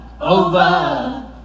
over